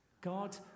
God